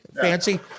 fancy